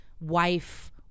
wife